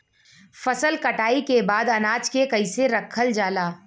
फसल कटाई के बाद अनाज के कईसे रखल जाला?